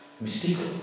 Mystical